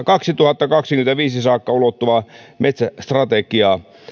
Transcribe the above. kaksituhattakaksikymmentäviisi saakka ulottuvaa kansallista metsästrategiaa